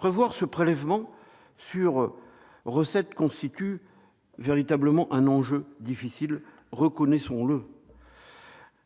Fixer ce prélèvement constitue un exercice difficile, reconnaissons-le.